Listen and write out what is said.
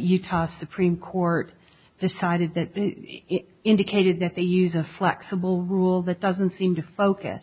utah supreme court decided that they indicated that they use a flexible rule that doesn't seem to focus